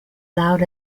loud